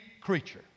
creature